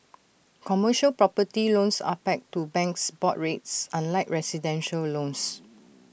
commercial property loans are pegged to banks' board rates unlike residential loans